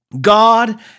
God